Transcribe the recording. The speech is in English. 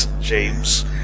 James